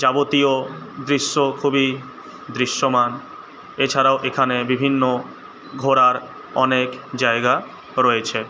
যাবতীয় দৃশ্য খুবই দৃশ্যমান এছাড়াও এখানে বিভিন্ন ঘোরার অনেক জায়গা রয়েছে